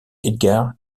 edgard